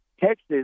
Texas